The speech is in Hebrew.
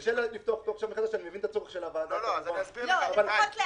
אני מבין את הצורך של הוועדה --- עוד לפני שאנחנו משנים,